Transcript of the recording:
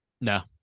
no